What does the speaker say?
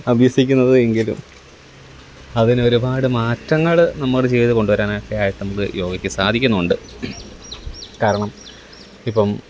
അഭ്യസിക്കുന്നത് എങ്കിലും അതിന് ഒരുപാട് മാറ്റങ്ങൾ നമ്മുടെ ജീവിതം കൊണ്ട് വരാനൊക്കെ ആയിട്ട് നമുക്ക് യോഗയ്ക്ക് സാധിക്കുന്നുമുണ്ട് കാരണം ഇപ്പം